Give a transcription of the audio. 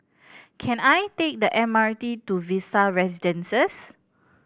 can I take the M R T to Vista Residences